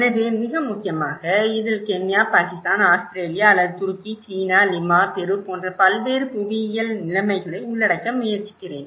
எனவே மிக முக்கியமாக இதில் கென்யா பாகிஸ்தான் ஆஸ்திரேலியா அல்லது துருக்கி சீனா லிமா பெரு போன்ற பல்வேறு புவியியல் நிலைகளை உள்ளடக்க முயற்சிக்கிறேன்